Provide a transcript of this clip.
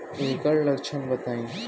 एकर लक्षण बताई?